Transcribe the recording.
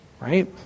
Right